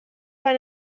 van